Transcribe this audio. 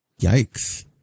Yikes